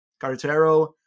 Carretero